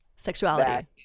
Sexuality